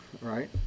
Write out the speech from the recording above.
Right